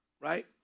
right